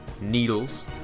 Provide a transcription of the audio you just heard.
needles